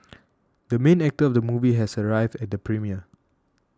the main actor of the movie has arrived at the premiere